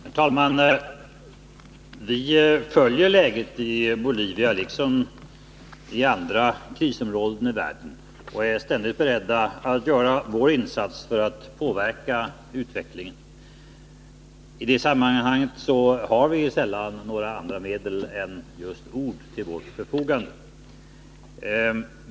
Herr talman! Vi följer läget i Bolivia liksom i andra krisområden i världen och är ständigt beredda att göra vår insats för att påverka utvecklingen. I det sammanhanget har vi sällan några andra medel än just ord till vårt förfogande.